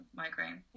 migraine